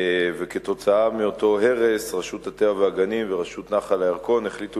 כתוצאה מאותו הרס רשות הטבע והגנים ורשות נחל הירקון החליטו